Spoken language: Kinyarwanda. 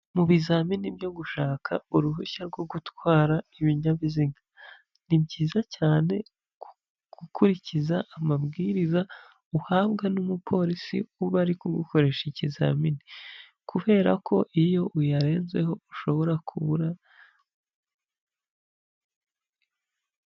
Mu bizamini byo gushaka uruhushya rwo gutwara ibinyabiziga ni byiza cyane gukurikiza amabwiriza uhabwa n'umupolisi uba ari gukoresha ikizamini kubera ko iyo uyarenzeho ushobora kubura.